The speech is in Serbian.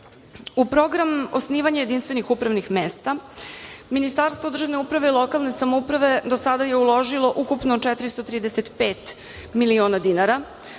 program osnivanje jedinstvenih upravnih mesta Ministarstvo državne uprave i lokalne samouprave do sada je uložilo ukupno 435 miliona dinara.